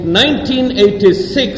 1986